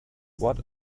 what